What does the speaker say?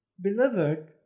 Beloved